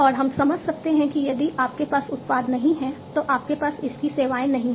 और हम समझ सकते हैं कि यदि आपके पास उत्पाद नहीं है तो आपके पास इसकी सेवाएं नहीं हैं